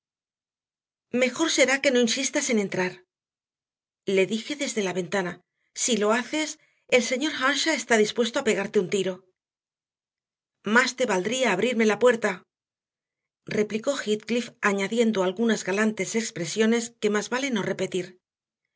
mejor será que no insistas en entrar le dije desde la ventana si lo haces el señor earnshaw está dispuesto a pegarte un tiro más te valdría abrirme la puerta replicó heathcliff añadiendo algunas galantesexpresiones que más vale no repetir